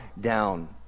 down